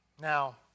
Now